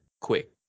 quick